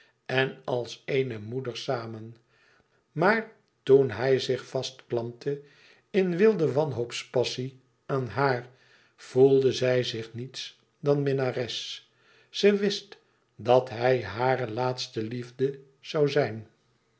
en als eene moeder samen maar toen hij zich vastklampte in wilde wanhoopspassie aan haar voelde zij zich niets dan minnares ze wist dat hij hare laatste liefde zoû zijn